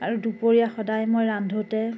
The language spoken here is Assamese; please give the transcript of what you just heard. আৰু দুপৰীয়া সদায় মই ৰান্ধোঁতে